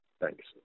thanks